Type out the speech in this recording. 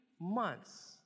months